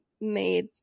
made